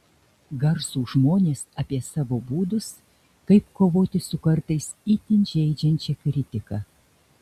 garsūs žmonės apie savus būdus kaip kovoti su kartais itin žeidžiančia kritika